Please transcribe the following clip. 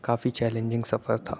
کافی challenging سفر تھا